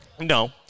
No